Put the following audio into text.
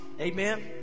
amen